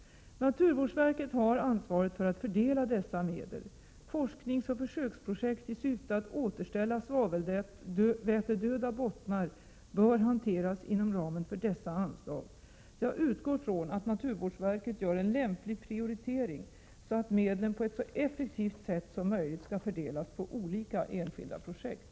Naturvårdsverket har ansvaret för att fördela dessa medel. Forskningsoch försöksprojekt i syfte att återställa svavelvätedöda bottnar bör hanteras inom ramen för dessa anslag. Jag utgår från att naturvårdsverket gör en lämplig prioritering, så att medlen på ett så effektivt sätt som möjligt fördelas på olika enskilda projekt.